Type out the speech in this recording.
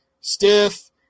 Stiff